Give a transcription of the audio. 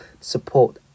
support